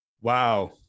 Wow